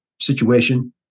situation